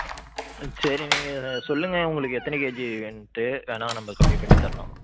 ஆ சரி நீங்கள் சொல்லுங்கள் உங்களுக்கு எத்தனை கேஜி வேணும்ன்ட்டு வேணா நம்ம கம்மி பண்ணி தரலாம்